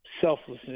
selflessness